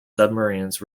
submarines